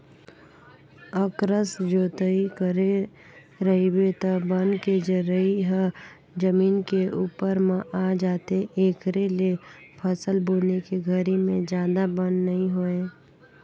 अकरस जोतई करे रहिबे त बन के जरई ह जमीन के उप्पर म आ जाथे, एखरे ले फसल बुने के घरी में जादा बन नइ होय